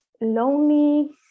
lonely